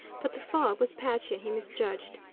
but the fog was patchy and he misjudged.